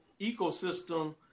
ecosystem